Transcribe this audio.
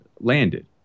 landed